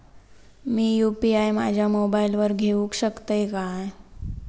मी UPI माझ्या मोबाईलावर घेवक शकतय काय?